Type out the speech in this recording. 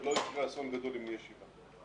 אסון גדול אם יהיו שבעה.